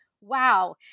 wow